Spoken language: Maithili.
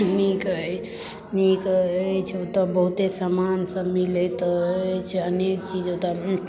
नीक अछि नीक अछि ओतय बहुते सामान सभ मिलैत अछि अनेक चीज ओतय